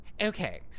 Okay